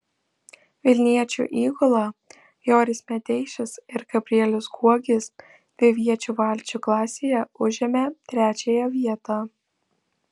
vilniečių įgula joris medeišis ir gabrielius guogis dviviečių valčių klasėje užėmė trečiąją vietą